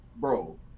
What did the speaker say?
Bro